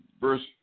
verse